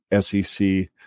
SEC